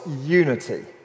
unity